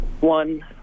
One